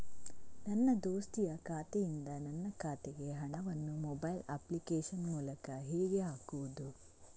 ನನ್ನ ದೋಸ್ತಿಯ ಖಾತೆಯಿಂದ ನನ್ನ ಖಾತೆಗೆ ಹಣವನ್ನು ಮೊಬೈಲ್ ಅಪ್ಲಿಕೇಶನ್ ಮೂಲಕ ಹೇಗೆ ಹಾಕುವುದು?